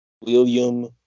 William